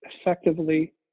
effectively